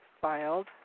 filed